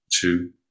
two